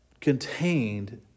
contained